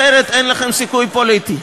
אחרת אין לכם סיכוי פוליטי.